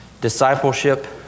Discipleship